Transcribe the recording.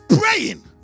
praying